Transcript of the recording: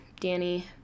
Danny